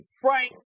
Frank